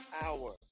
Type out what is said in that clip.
Hour